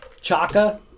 Chaka